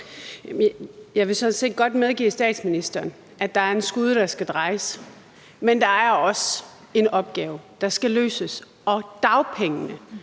Jeg vil sådan set godt medgive statsministeren, at der er en skude, der skal vendes, men der er også en opgave, der skal løses, og dagpengene,